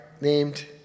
named